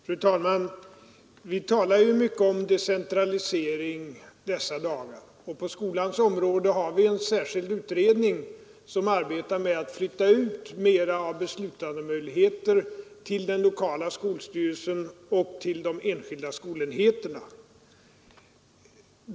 Fru talman! Vi talar ju mycket om decentralisering i dessa dagar, och på skolans område har vi en särskild utredning som arbetar med att flytta ut mer av beslutandemöjligheter till den lokala skolstyrelsen och till de enskilda skolenheterna.